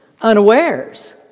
unawares